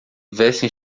vestem